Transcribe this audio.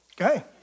Okay